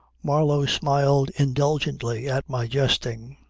marlow smiled indulgently at my jesting.